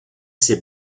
ses